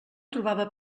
trobava